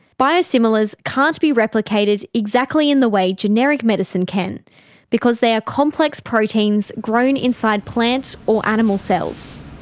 biosimilars can't be replicated exactly in the way generic medicine can because they are complex proteins grown inside plant or animal cells.